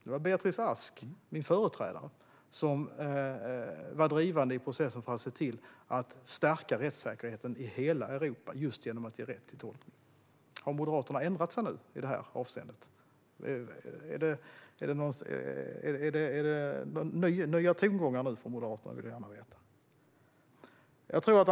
Det var Beatrice Ask, min företrädare, som drev på för att stärka rättssäkerheten i hela Europa, just genom att ge rätt till tolkning. Har Moderaterna ändrat sig i detta avseende? Är det nya tongångar nu? Detta skulle jag gärna vilja veta.